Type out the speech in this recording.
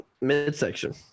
midsection